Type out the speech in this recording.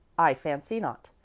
i fancy not.